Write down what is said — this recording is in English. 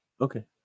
Okay